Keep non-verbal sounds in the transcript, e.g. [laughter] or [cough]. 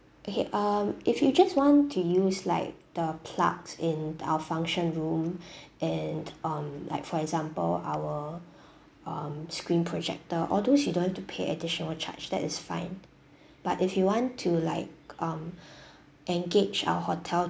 okay um if you just want to use like the plugs in our function room [breath] and on like for example our um screen projector all those you don't want to pay additional charge that is fine but if you want to like um [breath] engage our hotel